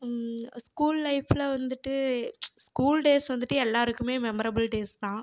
school லைஃப்ல வந்துட்டு school days வந்துட்டு எல்லாருக்குமே மெமரபிள் டேஸ் தான்